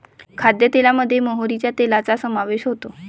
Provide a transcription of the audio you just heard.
खाद्यतेलामध्ये मोहरीच्या तेलाचा समावेश होतो